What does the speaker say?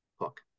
hook